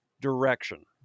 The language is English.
direction